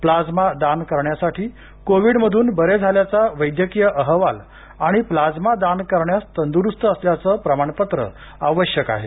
plasma दान करण्यासाठी Covid मधून बरे झाल्याचा वैद्यकीय अहवाल आणि प्लाझ्मा दान करण्यास तंदुरुस्त असल्याचं प्रमाणपत्र आवश्यक आहे